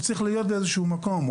הוא צריך להיות באיזשהו מקום.